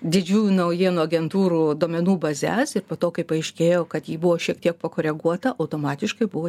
didžiųjų naujienų agentūrų duomenų bazes ir po to kai paaiškėjo kad ji buvo šiek tie pakoreguota automatiškai buvo